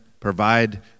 provide